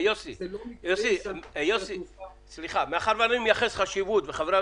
מאחר ואני וחברי